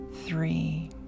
three